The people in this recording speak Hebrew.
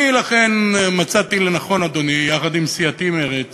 אני, לכן, מצאתי לנכון, אדוני, יחד עם סיעתי מרצ